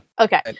Okay